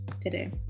today